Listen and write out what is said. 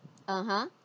(uh huh)